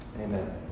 Amen